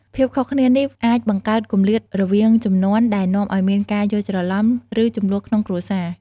ភាពខុសគ្នានេះអាចបង្កើតគម្លាតរវាងជំនាន់ ដែលនាំឱ្យមានការយល់ច្រឡំ ឬជម្លោះក្នុងគ្រួសារ។